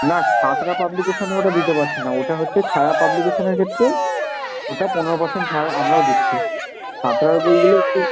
না সাঁতরা পাবলিকেশনে ওরা দিতে পারছে না ওটা হচ্ছে ছায়া পাবলিকেশনের ক্ষেত্রে ওটা পনেরো পার্সেন্ট ছাড় আমরাও দিচ্ছি সাঁতরার বইগুলো একটু